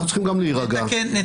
אנחנו צריכים גם לדעת להירגע.